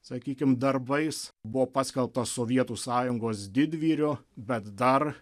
sakykim darbais buvo paskelbtas sovietų sąjungos didvyriu bet dar